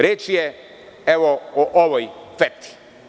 Reč je, evo, o ovoj feti.